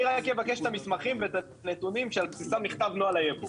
אני רק אבקש את המסמכים ואת הנתונים שעל בסיסם נכתב נוהל הייבוא,